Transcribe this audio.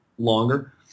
longer